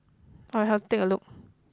I'll have to take a look